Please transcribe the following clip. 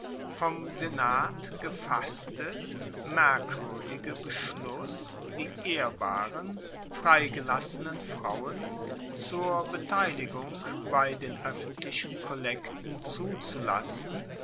vom senat gefasste merkwuerdige beschluss die ehrbaren freigelassenen frauen zur beteiligung bei den oeffentlichen kollekten zuzulassen